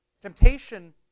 Temptation